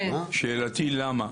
שאלתי למה?